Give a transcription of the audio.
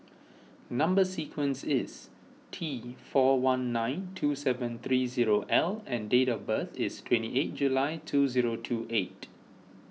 Number Sequence is T four one nine two seven three zero L and date of birth is twenty eight July two zero two eight